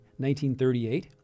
1938